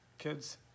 kids